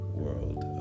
world